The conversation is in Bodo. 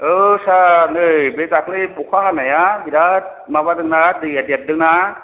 औ सार नै बे दाखालि अखा हानाया बिराद माबादोंना दैया देरदोंना